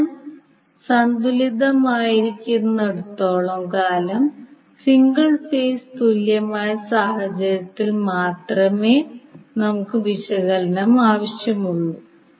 system സന്തുലിതമായിരിക്കുന്നിടത്തോളം കാലം single phase തുല്യമായ സാഹചര്യത്തിൽ മാത്രമേ നമുക്ക് വിശകലനം ആവശ്യമുള്ളൂ